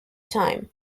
time